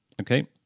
Okay